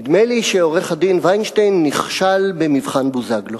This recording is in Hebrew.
נדמה לי שעורך-הדין וינשטיין נכשל במבחן בוזגלו.